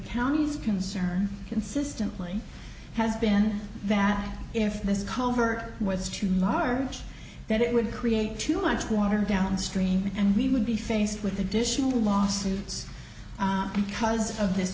county's concern consistently has been that if this covert was too large that it would create too much water downstream and we would be faced with additional lawsuits not because of this